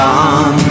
on